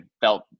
felt